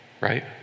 right